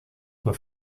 were